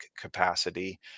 capacity